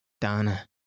Dana